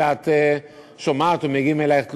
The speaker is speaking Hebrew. אלא את שומעת ומגיעות אלייך תלונות,